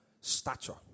stature